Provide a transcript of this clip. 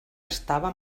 estava